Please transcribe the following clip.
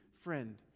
friend